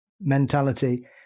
mentality